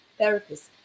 therapists